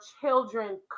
children